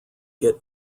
get